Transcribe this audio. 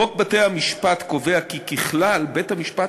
חוק בתי-המשפט קובע כי ככלל בית-המשפט